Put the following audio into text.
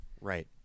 right